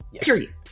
period